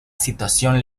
situación